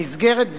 במסגרת זו,